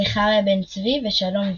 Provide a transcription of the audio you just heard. זכריה בן צבי ושלום ואנו.